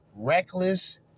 reckless